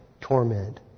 torment